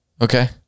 Okay